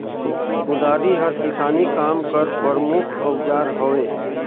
कुदारी हर किसानी काम कर परमुख अउजार हवे